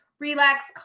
Relax